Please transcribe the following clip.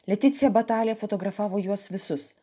leticija batalė fotografavo juos visus